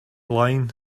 line